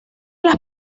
las